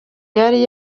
yari